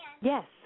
Yes